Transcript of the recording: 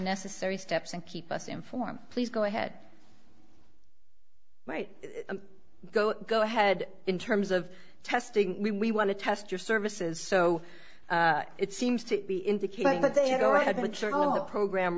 necessary steps and keep us informed please go ahead right go go ahead in terms of testing we want to test your services so it seems to be indicating that they go ahead with the program